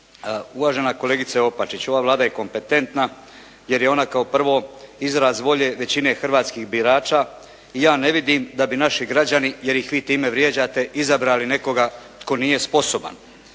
Uvažena kolegice Opačić, ova Vlada je kompetentna jer je ona kao prvo izraz volje većine hrvatskih birača i ja ne vidim da bi naši građani jer ih vi time vrijeđate izabrali nekoga tko nije sposoban.